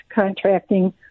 contracting